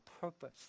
purpose